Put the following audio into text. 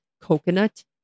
coconut